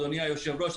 אדוני היושב-ראש,